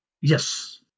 Yes